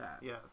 Yes